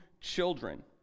children